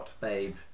babe